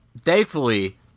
thankfully